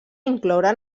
incloure